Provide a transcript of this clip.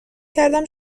کردم